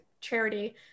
charity